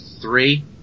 three